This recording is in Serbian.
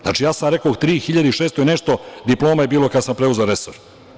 Znači, ja sam rekao tri hiljade i šesto i nešto diploma je bilo kada sam preuzeo resor.